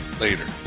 later